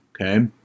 okay